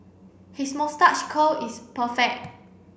his moustache curl is perfect